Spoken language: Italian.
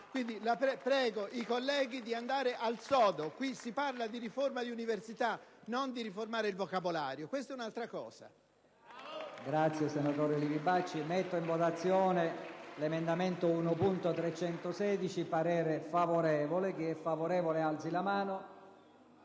quindi, i colleghi ad andare al sodo: qui si parla di riformare l'università e non di riformare il vocabolario. Questa è un'altra cosa!